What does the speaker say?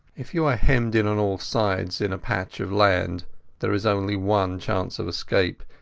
if you are hemmed in on all sides in a patch of land there is only one chance of escape.